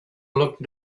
looked